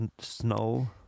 snow